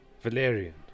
Valerian